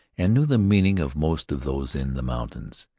and knew the meaning of most of those in the mountains.